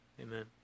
amen